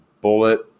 bullet